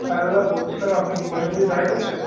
হ্যাঁ দাদা বলছিলাম আপনি কি প্রসেনজিত রায় বলছেন